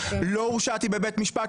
לא הורשעתי בבית משפט,